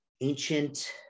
ancient